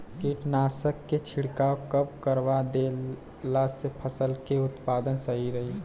कीटनाशक के छिड़काव कब करवा देला से फसल के उत्पादन सही रही?